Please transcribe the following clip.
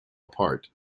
apart